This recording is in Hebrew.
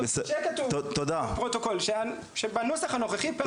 אני רוצה שיהיה כתוב לפרוטוקול שבנוסח הנוכחי פרק הזמן מוכפל.